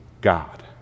God